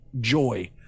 joy